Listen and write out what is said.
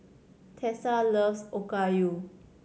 Tessa loves Okayu